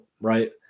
right